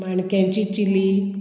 माणक्यांची चिली